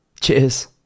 Cheers